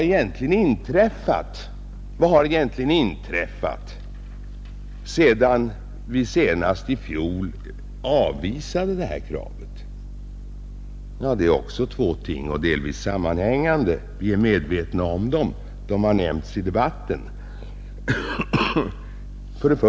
diplomatiska Vad har egentligen inträffat sedan vi senast i fjol avvisade det här förbindelser med kravet? Ja, det är också två ting som delvis hänger samman. Vi är Tyska demokratiska medvetna om dem, och de har nämnts i debatten.